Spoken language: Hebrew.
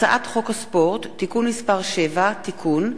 הצעת חוק הספורט (תיקון מס' 7) (תיקון),